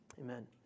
Amen